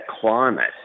climate